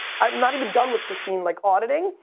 i'm not even done with christin like auditing.